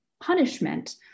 punishment